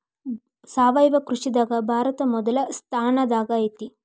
ಸಾವಯವ ಕೃಷಿದಾಗ ಭಾರತ ಮೊದಲ ಸ್ಥಾನದಾಗ ಐತ್ರಿ